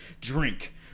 Drink